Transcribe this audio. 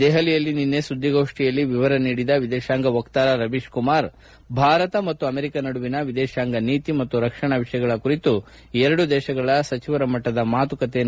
ದೆಹಲಿಯಲ್ಲಿ ನಿನ್ನೆ ಸುದ್ದಿಗೋಷ್ಠಿಯಲ್ಲಿ ವಿವರ ನೀಡಿದ ವಿದೇಶಾಂಗ ವಕ್ತಾರ ರವೀಶ್ ಕುಮಾರ್ ಭಾರತ ಮತ್ತು ಅಮೆರಿಕ ನಡುವಿನ ವಿದೇಶಾಂಗ ನೀತಿ ಮತ್ತು ರಕ್ಷಣಾ ವಿಷಯಗಳ ಕುರಿತು ಎರಡೂ ದೇಶಗಳ ಸಚಿವರ ಮಟ್ಲದ ಮಾತುಕತೆ ನಡೆಯಲಿವೆ